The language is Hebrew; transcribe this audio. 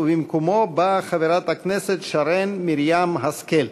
ובמקומו באה חברת הכנסת שרן מרים השכל.